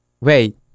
wait